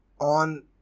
on